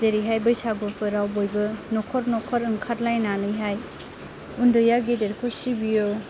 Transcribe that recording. जेरैहाय बैसागुफोराव बयबो न'खर न'खर ओंखारलायनानैहाय उन्दैया गेदेरखौ सिबियो